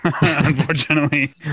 unfortunately